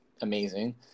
amazing